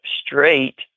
straight